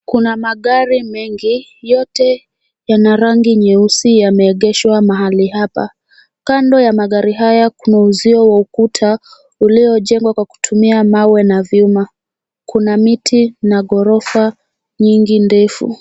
Kuna magari mengi yote yana rangi nyeusi yameegeshwa mahali hapa. Kando ya magari haya kuna uzio wa ukuta uliojengwa kwa kutumia mawe na vyuma. Kuna miti na ghorofa nyingi ndefu.